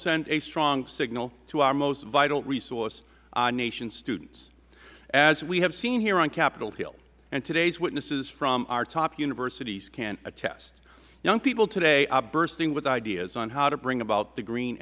send a strong signal to our most vital resource our nation's students as we have seen here on capitol hill and today's witnesses from our top universities can attest young people today are bursting with ideas on how to bring about the green